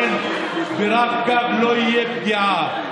ברב-קו לא תהיה פגיעה,